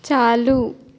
चालू